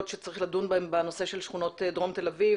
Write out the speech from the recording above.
שצריך לדון בהם בנושא של שכונות דרום תל אביב,